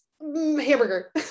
hamburger